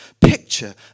picture